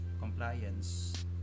compliance